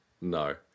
No